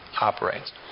operates